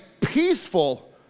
peaceful